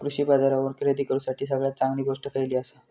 कृषी बाजारावर खरेदी करूसाठी सगळ्यात चांगली गोष्ट खैयली आसा?